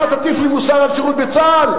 אתה תטיף לי מוסר על שירות בצה"ל?